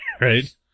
Right